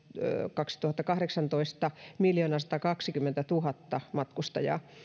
kaksituhattakahdeksantoista oli miljoonasatakaksikymmentätuhatta matkustajaa